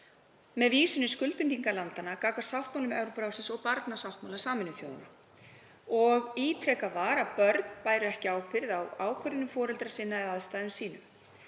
með vísun í skuldbindingar landanna gagnvart sáttmálum Evrópuráðsins og barnasáttmála Sameinuðu þjóðanna. Ítrekað var að börn bæru ekki ábyrgð á ákvörðunum foreldra sinna eða aðstæðum sínum.